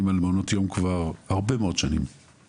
על מעונות יום כבר הרבה מאוד שנים,